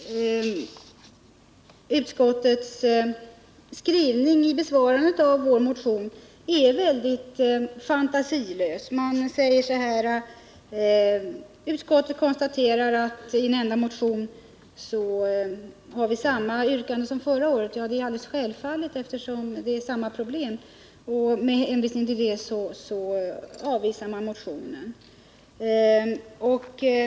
Herr talman! Jag tycker egentligen att man går ifrån det utbildningspolitiska beslut som riksdagen fattade om reformen av den kommunala vuxenutbildningen, när man inte beviljar de resurser som krävs för att utbildningen i fråga skall kunna tillhandahållas. Jag tycker att utskottets skrivning vid behandlingen av vår motion är mycket fantasilös. Utskottet konstaterar att vi i vår motion i år för fram samma yrkande som i fjol — ja, självfallet, eftersom det är samma problem —- och med hänvisning härtill avstyrker utskottet motionen.